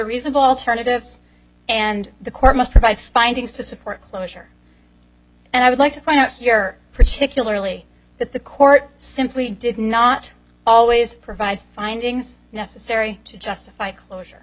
reasonable alternatives and the court must provide findings to support closure and i would like to point out here particularly that the court simply did not always provide findings necessary to justify